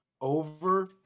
over